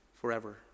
forever